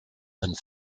and